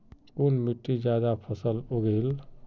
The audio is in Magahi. कुन मिट्टी ज्यादा फसल उगहिल?